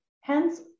Hence